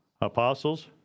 apostles